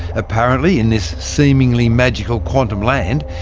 apparently, in this seemingly magical quantum land,